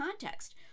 context